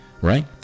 right